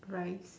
rice